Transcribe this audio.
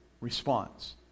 response